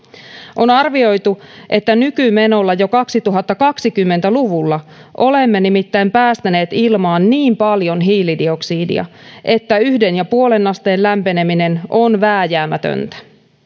on arvioitu että nykymenolla jo kaksituhattakaksikymmentä luvulla olemme nimittäin päästäneet ilmaan niin paljon hiilidioksidia että yhteen pilkku viiteen asteen lämpeneminen on vääjäämätöntä